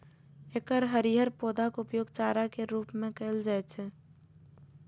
एकर हरियर पौधाक उपयोग चारा के रूप मे कैल जाइ छै